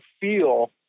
feel